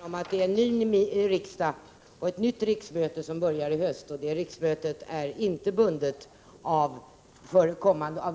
Herr talman! Jag vill bara erinra om att det är ett nytt riksmöte som börjar i höst. Det riksmötet är inte bundet av